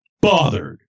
Bothered